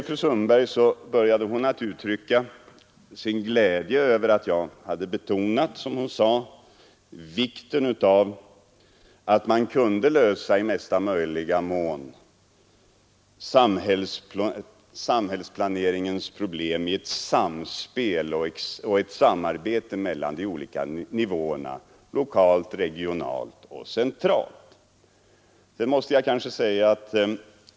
Fru Sundberg började med att uttrycka sin glädje över att jag hade betonat vikten av att man i möjligaste mån kunde lösa samhällsplaneringens problem i ett samspel och ett samarbete mellan de olika nivåerna lokalt, regionalt och centralt.